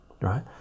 right